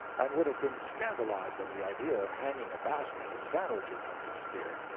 and would have been scandalized at the idea of hanging a basket of sandwiches on his spear.